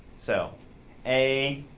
so a,